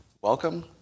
Welcome